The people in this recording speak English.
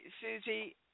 Susie